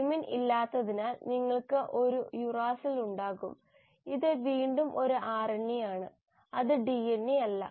thymine ഇല്ലാത്തതിനാൽ നിങ്ങൾക്ക് ഒരു യൂറാസിൽ ഉണ്ടാകും ഇത് വീണ്ടും ഒരു RNA ആണ് അത് DNA അല്ല